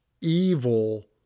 evil